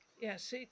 Yes